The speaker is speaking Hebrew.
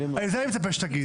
את זה אני מצפה שתגידי.